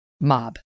mob